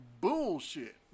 bullshit